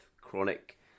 chronic